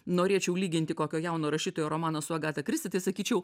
norėčiau lyginti kokio jauno rašytojo romaną su agata kristi tai sakyčiau